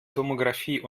tomographie